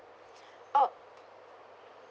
oh